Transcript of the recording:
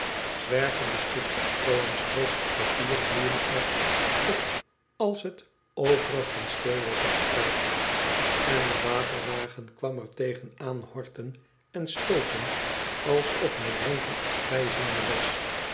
zwervende stukjes stroo en strookjes papier woeien er op als het overigens stil was op straat en de waterwagen kwam er tegen aanhorten en stooten alsof hij dronken of bijziende was